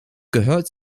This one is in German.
gehört